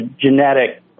genetic